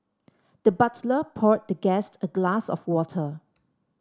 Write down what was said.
the butler poured the guest a glass of water